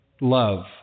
love